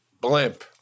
Blimp